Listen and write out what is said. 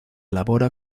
elabora